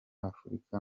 afurika